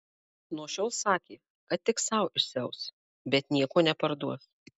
nuo šiol sakė kad tik sau išsiaus bet nieko neparduos